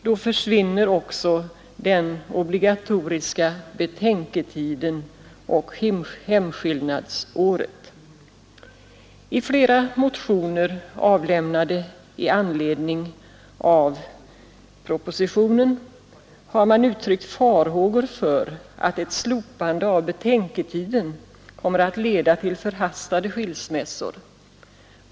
Då försvinner också den obligatoriska betänketiden och hemskillnadsåret. I flera motioner, avlämnade i anledning av propositionen, har motionärerna uttryckt farhågor för att ett slopande av betänketiden kommer att leda till förhastade skilsmässor.